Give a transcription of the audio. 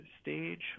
stage